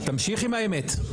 תמשיך עם האמת.